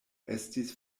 estis